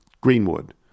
Greenwood